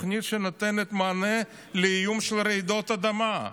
תוכנית שנותנת מענה לאיום של רעידות אדמה.